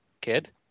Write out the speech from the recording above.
kid